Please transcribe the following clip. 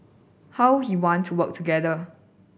how he want to work together